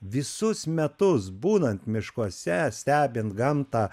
visus metus būnant miškuose stebint gamtą